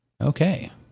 Okay